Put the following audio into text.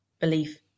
belief